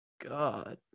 God